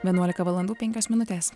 vienuolika valandų penkios minutės